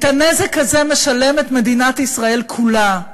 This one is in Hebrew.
את הנזק הזה משלמת מדינת ישראל כולה.